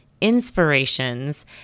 inspirations